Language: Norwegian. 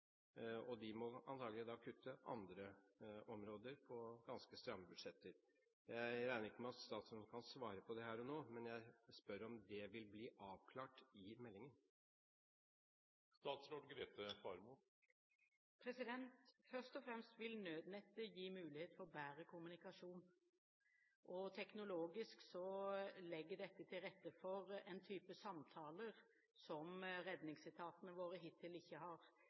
ekstrakostnader? De må antakelig da kutte på andre områder – i ganske stramme budsjetter. Jeg regner ikke med at statsråden kan svare på det her og nå, men jeg spør om det vil bli avklart i meldingen. Først og fremst vil Nødnett gi mulighet for bedre kommunikasjon. Teknologisk legger dette til rette for en type samtaler som redningsetatene våre hittil ikke har